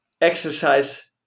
exercise